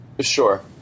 Sure